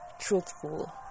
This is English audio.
truthful